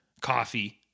coffee